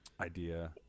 idea